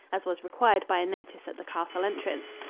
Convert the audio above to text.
as was required by a notice at the castle entrance.